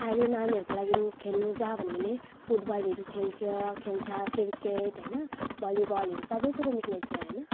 अहिले नानीहरूको लागि खेल्नु जा भन्यो भने फुटबलहरू खेल्छ क्रिकेट होइन भलिबलहरू सबै कुरो निस्किएको छ होइन